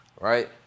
right